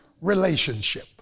relationship